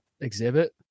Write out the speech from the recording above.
Exhibit